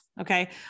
Okay